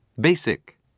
Basic